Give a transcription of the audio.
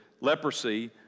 leprosy